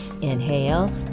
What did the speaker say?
Inhale